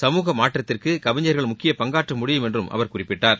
சமூக மாற்றத்திற்கு கவிஞர்கள் முக்கிய பங்காற்ற முடியும் என்று அவர் குறிப்பிட்டார்